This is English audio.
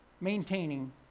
maintaining